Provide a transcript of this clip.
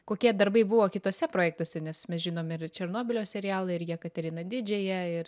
kokie darbai buvo kituose projektuose nes mes žinom ir černobylio serialą ir jekateriną didžiąją ir